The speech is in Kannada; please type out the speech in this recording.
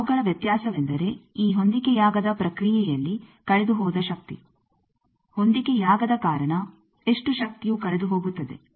ಅವುಗಳ ವ್ಯತ್ಯಾಸವೆಂದರೆ ಈ ಹೊಂದಿಕೆಯಾಗದ ಪ್ರಕ್ರಿಯೆಯಲ್ಲಿ ಕಳೆದುಹೋದ ಶಕ್ತಿ ಹೊಂದಿಕೆಯಾಗದ ಕಾರಣ ಎಷ್ಟು ಶಕ್ತಿಯು ಕಳೆದುಹೋಗುತ್ತದೆ